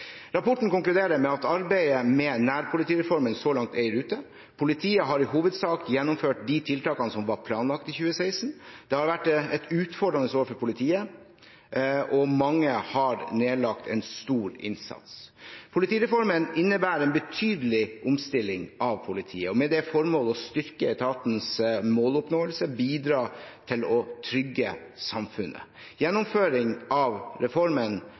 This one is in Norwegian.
Rapporten konkluderer med at arbeidet med nærpolitireformen så langt er i rute. Politiet har i hovedsak gjennomført de tiltakene som var planlagt i 2016. Det har vært et utfordrende år for politiet, og mange har nedlagt en stor innsats. Politireformen innebærer en betydelig omstilling av politiet med det formål å styrke etatens måloppnåelse og bidra til å trygge samfunnet. Gjennomføring av reformen